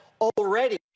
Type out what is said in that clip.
already